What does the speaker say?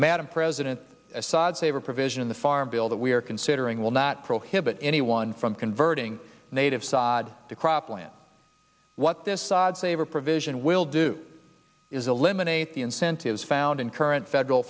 madam president assad save a provision in the farm bill that we are considering will not prohibit anyone from converting native sod to crop plant what this odd favor provision will do is eliminate the incentives found in current federal